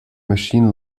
machine